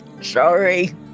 sorry